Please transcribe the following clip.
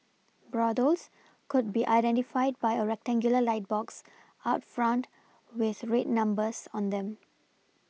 brothels could be identified by a rectangular light box out front with red numbers on them